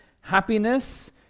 happiness